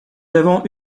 avons